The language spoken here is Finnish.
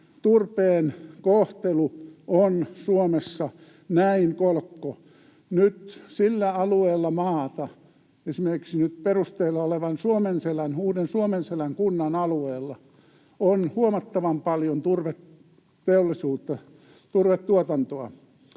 turpeen kohtelu on Suomessa näin kolkkoa. Nyt sillä alueella maata, esimerkiksi nyt perusteilla olevan uuden Suomenselän kunnan alueella, on huomattavan paljon turveteollisuutta,